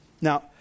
Now